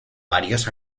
varios